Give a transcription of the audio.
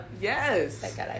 Yes